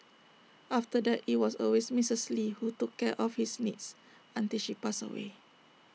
after that IT was always Missus lee who took care of his needs until she passed away